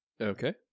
Okay